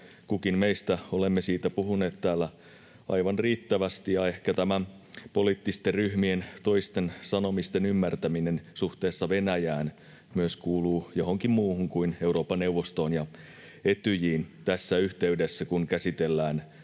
kukin meistä on siitä puhunut täällä aivan riittävästi, ja ehkä tämä toisten poliittisten ryhmien sanomisten ymmärtäminen suhteessa Venäjään myös kuuluu johonkin muuhun kuin tähän yhteyteen, kun käsitellään